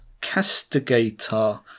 Castigator